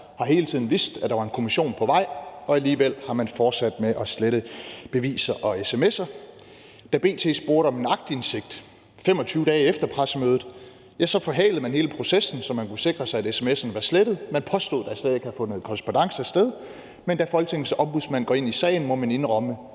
har hele tiden vidst, at der var en kommission på vej, og alligevel har man fortsat med at slette beviser og sms'er. Da B.T. spurgte om aktindsigt 25 dage efter pressemødet, ja, så forhalede man hele processen, så man kunne sikre sig, at sms'erne var slettet, man påstod, at der slet ikke havde fundet en korrespondance sted, men da Folketingets Ombudsmand går ind i sagen, må man indrømme,